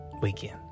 weekend